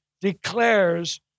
declares